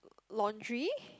laundry